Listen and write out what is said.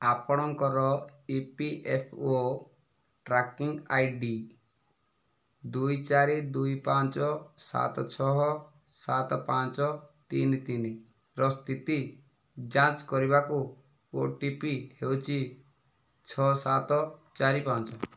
ଆପଣଙ୍କର EPFO tracking ID ଦୁଇ ଚାରି ଦୁଇ ପାଞ୍ଚ ସାତ ଛଅ ସାତ ପାଞ୍ଚ ତିନି ତିନିର ସ୍ଥିତି ଯାଞ୍ଚ କରିବାକୁ ଓଟିପି ହେଉଛି ଛଅ ସାତ ଚାରି ପାଞ୍ଚ